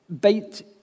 bait